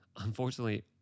Unfortunately